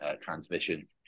transmission